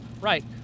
right